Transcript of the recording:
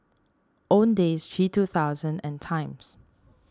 Owndays G two thousand and Times